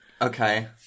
Okay